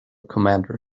commander